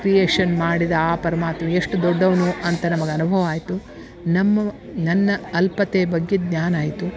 creation ಮಾಡಿದ ಆ ಪರಮಾತ್ಮ ಎಷ್ಟು ದೊಡ್ಡವನು ಅಂತ ನಮ್ಗೆ ಅನುಭವ ಆಯಿತು ನಮ್ಮ ನನ್ನ ಅಲ್ಪತೆ ಬಗ್ಗೆ ಜ್ಞಾನ ಆಯಿತು